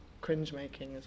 cringe-making